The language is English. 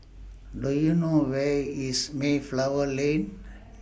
Do YOU know Where IS Mayflower Lane